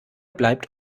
bleibt